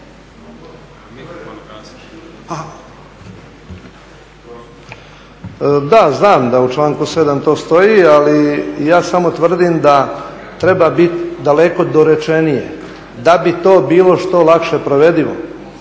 Da, znam da u članku 7. to stoji, ali ja sam tvrdim da treba bit daleko dorečenije da bi to bilo što lakše provedivo.